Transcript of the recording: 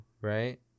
right